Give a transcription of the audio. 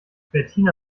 bettina